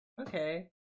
okay